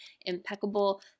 impeccable